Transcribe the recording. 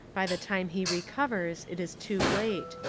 by the time he recovers it is too late.